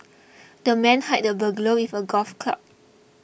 the man hit the burglar with a golf club